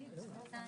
הישיבה נעולה.